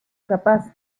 capaz